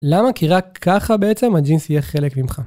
למה? כי רק ככה בעצם הג'ינס יהיה חלק ממך.